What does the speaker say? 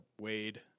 Wade